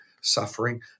suffering